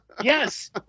Yes